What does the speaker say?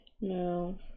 No